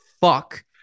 fuck